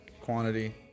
quantity